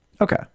Okay